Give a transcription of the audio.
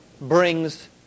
brings